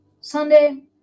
Sunday